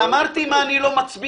אמרתי על מה אני לא מצביע.